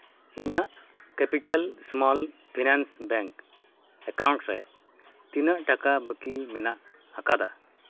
ᱤᱧᱟᱹᱜ capital small finance bank account ᱨᱮ ᱛᱤᱱᱟᱹᱜ ᱴᱟᱠᱟ ᱵᱟᱹᱠᱤ ᱢᱮᱱᱟᱜ ᱟᱠᱟᱫᱟ